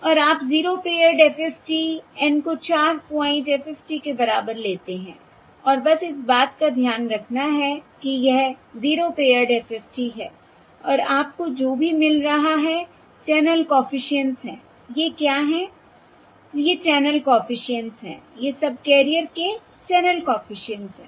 और आप 0 paired FFT N को 4 पॉइंट FFT के बराबर लेते हैं और बस इस बात का ध्यान रखना है कि यह 0 पेअर्ड FFT है और आपको जो भी मिल रहा है चैनल कॉफिशिएंट्स हैं ये क्या हैं ये चैनल कॉफिशिएंट्स हैं ये सबकेरियर के चैनल कॉफिशिएंट्स हैं